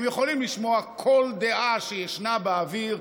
הם יכולים לשמוע כל דעה שישנה באוויר,